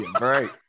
right